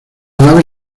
nave